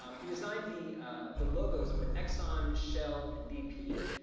um he designed the the logos for exxon, shell, and bp.